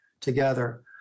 together